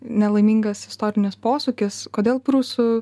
nelaimingas istorinis posūkis kodėl prūsų